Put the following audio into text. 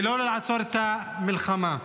ולא לעצור את המלחמה.